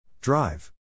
Drive